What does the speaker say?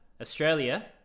Australia